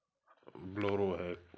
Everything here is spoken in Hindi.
बोलेरो है